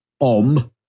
Om